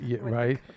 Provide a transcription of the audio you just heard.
right